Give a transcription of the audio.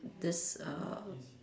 this err